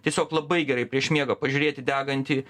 tiesiog labai gerai prieš miegą pažiūrėt į degantį